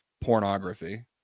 pornography